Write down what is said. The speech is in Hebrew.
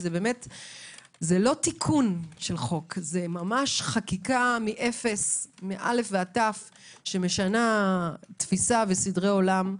זה לא תיקון חוק אלא ממש חקיקה מאל"ף ועד תי"ו שמשנה תפיסה וסדרי עולם.